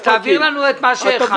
תעביר לנו את מה שהכנת.